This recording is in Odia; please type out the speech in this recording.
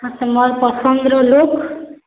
ଆଉ ତୁମର୍ ପସନ୍ଦ୍ର ଲୋକ୍